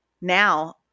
now